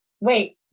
wait